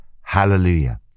hallelujah